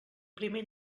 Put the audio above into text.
primer